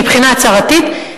מבחינה הצהרתית,